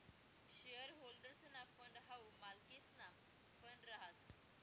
share होल्डर्सना fund हाऊ मालकेसना फंड रहास